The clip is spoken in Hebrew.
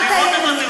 אז אל תעיר לי.